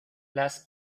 las